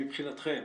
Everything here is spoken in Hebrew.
שמבחינתכם,